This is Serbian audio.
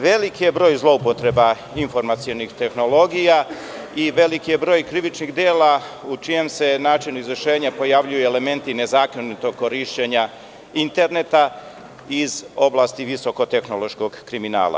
Veliki je broj zloupotreba informacionih tehnologija i veliki je broj krivičnih dela u čijem se načinu izvršenja pojavljuju elementu nezakonitog korišćenja interneta iz oblasti visoko-tehnološkog kriminala.